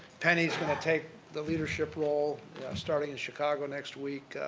penny's going to take the leadership role starting in chicago next week,